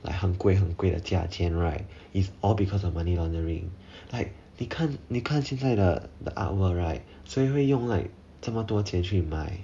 like 很贵很贵的价钱 right is all because of money laundering like 你看你看现在的 the artwork right 谁会用 like 这么多钱去买